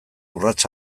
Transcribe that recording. urrats